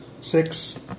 six